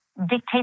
dictate